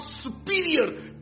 superior